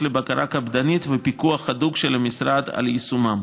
לבקרה קפדנית ופיקוח הדוק של המשרד על יישומם.